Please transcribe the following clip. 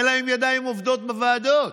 אין להם ידיים עובדות בוועדות.